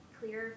clear